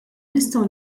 nistgħu